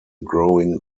growing